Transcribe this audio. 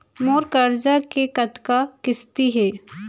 मोर करजा के कतका किस्ती हे?